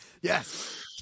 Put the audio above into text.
Yes